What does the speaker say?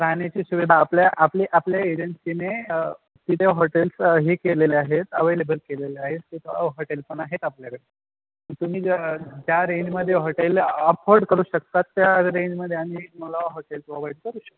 राहण्याची सुविधा आपल्या आपली आपल्या एजन्सीने तिथे हॉटेल्स हे केलेले आहेत अवेलेबल केलेले आहेत तिथं हॉटेल पण आहेत आपल्याकडे तुम्ही ज्या ज्या रेंजमध्ये हॉटेल अफोर्ड करू शकतात त्या रेंजमध्ये आम्ही तुम्हाला हॉटेल प्रोव्हाइड करू शकतो